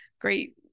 great